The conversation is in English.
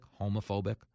homophobic